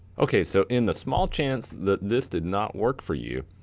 okay, so in the small chance that this did not work for you,